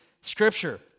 scripture